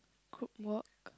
group work